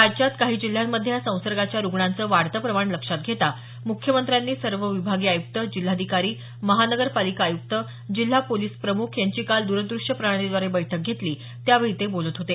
राज्यात काही जिल्ह्यांमध्ये या संसर्गाच्या रुग्णांचं वाढतं प्रमाण लक्षात घेता मुख्यमंत्र्यांनी सर्व विभागीय आयुक्त जिल्हाधिकारी महापालिका आयुक्त जिल्हा पोलिस प्रमुख यांची काल द्रदृश्य प्रणालीद्वारे बैठक घेतली त्यावेळी ते बोलत होते